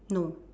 no